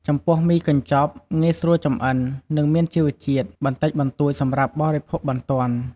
ចំពោះមីកញ្ចប់ ងាយស្រួលចម្អិន និងមានជីវជាតិបន្តិចបន្តួចសម្រាប់បរិភោគបន្ទាន់។